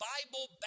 Bible